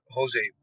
Jose